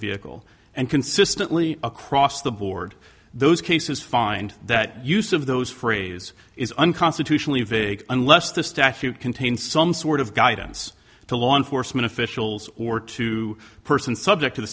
vehicle and consistently across the board those cases find that use of those phrase is unconstitutionally vague unless the statute contains some sort of guidance to law enforcement officials or to the person subject to the